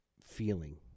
feeling